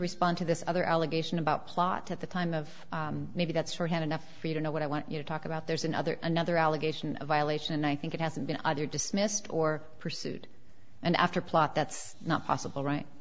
respond to this other allegation about plot at the time of maybe that's shorthand enough for you to know what i want you to talk about there's another another allegation a violation i think it hasn't been either dismissed or pursued and after plot that's not possible right